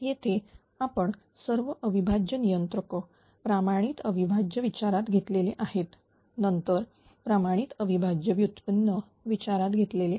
येथे आपण सर्व अविभाज्य नियंत्रक प्रमाणित अविभाज्य विचारात घेतलेले आहेत नंतर प्रमाणित अविभाज्य व्युत्पन्न विचारात घेतलेले आहेत